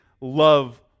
love